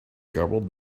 garbled